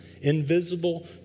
invisible